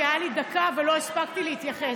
כי הייתה לי דקה ולא הספקתי להתייחס.